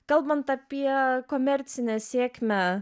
kalbant apie komercinę sėkmę